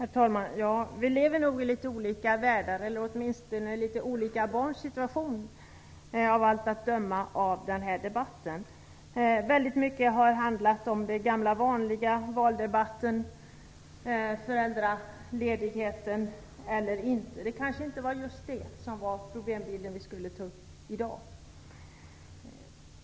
Herr talman! Vi lever nog att döma av den här debatten i litet olika världar eller tänker åtminstone litet olika på situationen för olika barn. Väldigt mycket har varit den gamla vanliga valdebatten om föräldraledighet eller inte. Det var kanske inte just den problembilden som vi skulle ta upp just i dag.